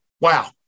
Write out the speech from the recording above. Wow